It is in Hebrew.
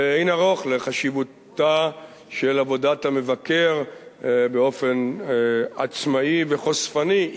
ואין ערוך לחשיבותה של עבודת המבקר באופן עצמאי וחושפני,